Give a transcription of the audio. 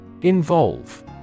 Involve